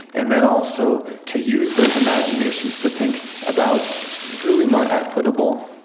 and then also to use those imaginations to think about really more equitable,